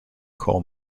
coal